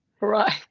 Right